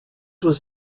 was